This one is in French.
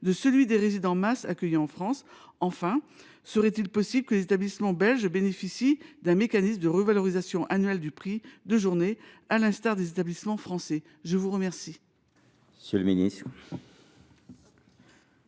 de celui des résidents des MAS accueillis en France ? Enfin, serait il possible que les établissements belges bénéficient d’un mécanisme de revalorisation annuelle du prix de journée, à l’instar des établissements français ? La parole